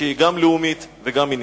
שהיא גם לאומית וגם מינית.